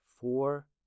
Four